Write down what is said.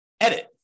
edit